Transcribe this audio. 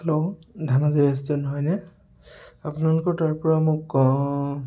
hello Dhemaji restaurant হয়নে আপোনালোকৰ তাৰপৰা মোক